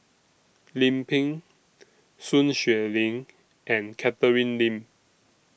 Lim Pin Sun Xueling and Catherine Lim